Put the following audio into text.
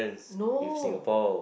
no